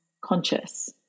conscious